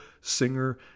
singer